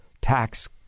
tax